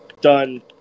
done